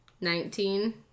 Nineteen